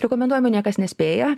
rekomenduojamų niekas nespėja